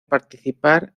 participar